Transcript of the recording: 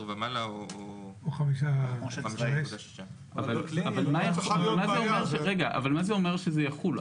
ומעלה או 5.6. אבל מה זה אומר שזה יחול?